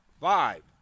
Five